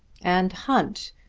and hunt.